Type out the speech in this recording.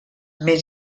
més